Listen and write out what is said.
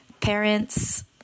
parents